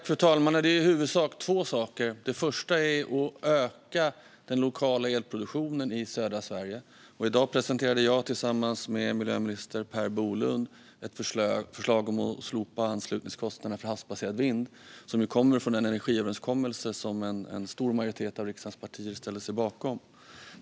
Fru talman! Det är i huvudsak två saker. Den första är att öka den lokala elproduktionen i södra Sverige. I dag presenterade jag tillsammans med miljöminister Per Bolund ett förslag om att slopa anslutningskostnaderna för havsbaserad vind, vilket kommer från en energiöverenskommelse som en stor majoritet av riksdagens partier ställer sig bakom.